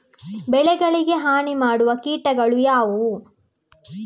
ಬೆಳೆಗಳಿಗೆ ಹಾನಿ ಮಾಡುವ ಕೀಟಗಳು ಯಾವುವು?